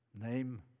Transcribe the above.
name